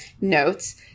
notes